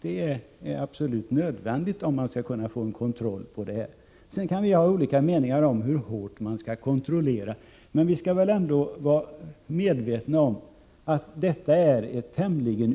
Det är absolut nödvändigt för att man skall kunna få någon kontroll över det hela. Vi kan vidare ha olika meningar om hur hård kontroll som skall utövas. Men vi skall också vara medvetna om att det gäller ett